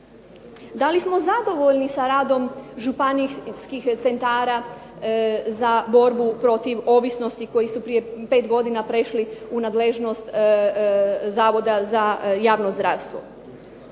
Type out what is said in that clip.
Da li smo zadovoljni sa radom županijskih centara za borbu protiv ovisnosti koji su prije 5 godina prešli u nadležnost Zavoda za javno zdravstvo?